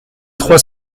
trois